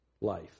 life